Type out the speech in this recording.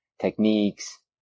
techniques